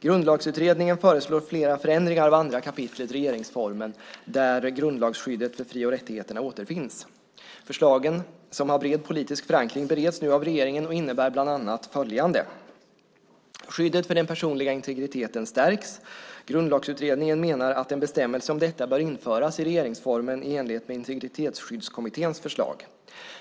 Grundlagsutredningen föreslår flera förändringar av 2 kap. regeringsformen, där grundlagsskyddet för fri och rättigheterna återfinns. Förslagen, som har bred politisk förankring, bereds nu av regeringen och innebär bland annat följande: Skyddet för den personliga integriteten stärks. Grundlagsutredningen menar att en bestämmelse om detta bör införas i regeringsformen i enlighet med Integritetsskyddskommitténs förslag.